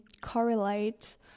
correlate